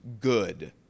good